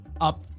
up